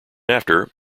after